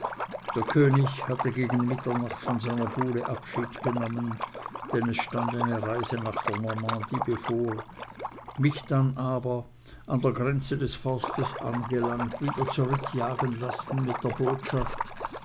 der könig hatte gegen mitternacht von seiner buhle abschied genommen denn es stand seine reise nach der normandie bevor mich dann aber an der grenze des forstes angelangt wieder zurückjagen lassen mit der botschaft